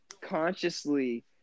consciously